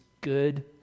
good